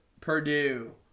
Purdue